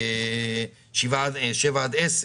עשר.